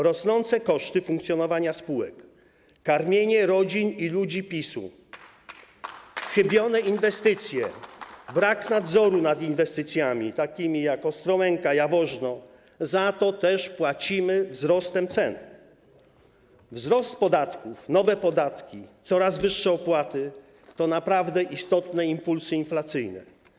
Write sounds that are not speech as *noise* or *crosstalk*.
Rosnące koszty funkcjonowania spółek, karmienie rodzin i ludzi PiS-u, *applause* chybione inwestycje, brak nadzoru nad inwestycjami takimi jak Ostrołęka, Jaworzno, za co też płacimy wzrostem cen, wzrost podatków, nowe podatki, coraz wyższe opłaty - to naprawdę istotne impulsy inflacyjne.